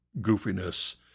goofiness